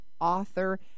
author